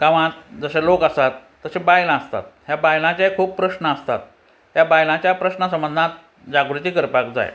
गांवांत जशें लोक आसात तशें बायलां आसतात ह्या बायलांचे खूब प्रश्न आसतात त्या बायलांच्या प्रश्ना संबंद जागृती करपाक जाय